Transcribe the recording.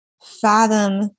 fathom